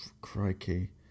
crikey